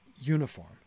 uniform